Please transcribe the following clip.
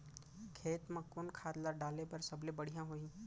खेत म कोन खाद ला डाले बर सबले बढ़िया होही?